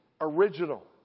original